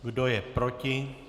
Kdo je proti?